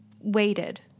waited